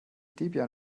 debian